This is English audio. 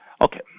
Okay